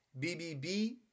bbb